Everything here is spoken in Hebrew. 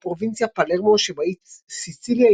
בפרובינציה פלרמו שבאי סיציליה,